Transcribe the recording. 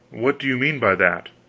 what do you mean by that?